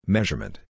Measurement